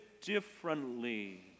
differently